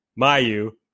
Mayu